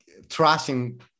trashing